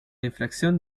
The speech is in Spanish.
infracción